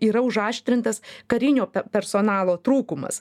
yra užaštrintas karinio personalo trūkumas